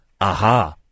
aha